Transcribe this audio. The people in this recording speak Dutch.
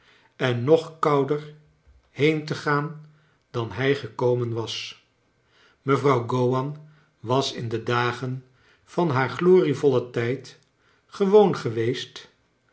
en nog konder heen te gaan dan hij gekomen was mevrouw gowan was in de dagen van haar glorievollen tijd gewoon geweest